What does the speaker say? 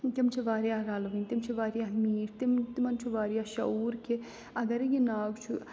تِم چھِ واریاہ رَلوٕنۍ تِم چھِ واریاہ میٖٹھۍ تِم تِمَن چھُ واریاہ شعوٗر کہِ اَگرَے یہِ ناگ چھُ